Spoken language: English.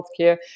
healthcare